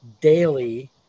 daily